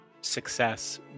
success